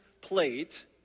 plate